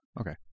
okay